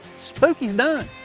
spooky's done!